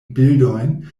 bildojn